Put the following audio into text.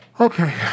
Okay